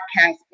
podcast